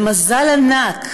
זה מזל ענק